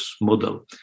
model